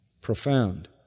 profound